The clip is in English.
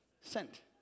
sent